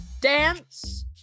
dance